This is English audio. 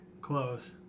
close